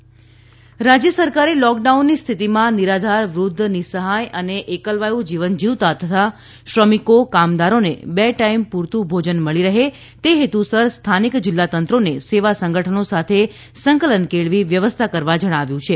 અશ્વિની કુમાર રાજ્ય સરકારે લોકડાઉનની સ્થિતીમાં નિરાધાર વૃદ્ધ નિસહાય અને એકલવાયું જીવન જીવતા તથા શ્રમિકો કામદારોને બે ટાઇમ પુરતું ભોજન મળી રહે તે હેતુસર સ્થાનિક જિલ્લાતંત્રોને સેવા સંગઠનો સાથે સંકલન કેળવી વ્યવસ્થા કરવા જણાવ્યુ છે